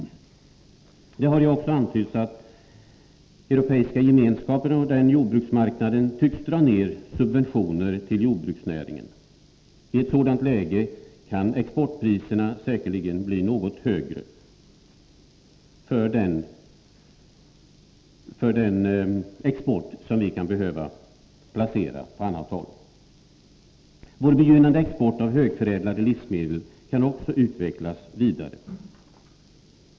När EG-marknaden nu tycks dra ner subventioner till jordbruksnäringen blir exportpriserna säkerligen något högre för den export vi kan behöva placera på annat håll. Vår begynnande export av högförädlade livsmedel kan utvecklas vidare.